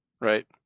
Right